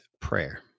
prayer